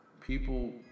people